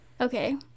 okay